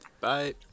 Bye